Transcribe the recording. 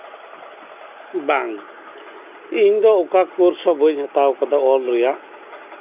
ᱵᱟᱝ ᱤᱧ ᱫᱚ ᱚᱠᱟ ᱠᱳᱨᱥ ᱦᱚᱸ ᱵᱟᱹᱧ ᱦᱟᱛᱟᱣ ᱠᱟᱫᱟ ᱚᱞ ᱨᱮᱭᱟᱜ